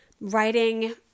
writing